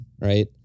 Right